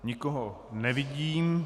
Nikoho nevidím.